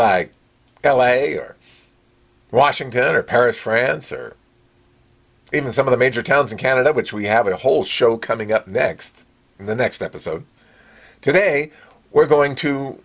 like l a or washington or paris france or even some of the major towns in canada which we have a whole show coming up next in the next episode today we're going to